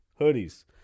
hoodies